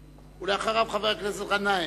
ואחריו, חבר הכנסת גנאים.